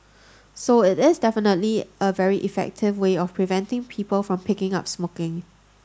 so it is definitely a very effective way of preventing people from picking up smoking